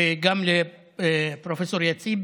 וגם לפרופ' יציב,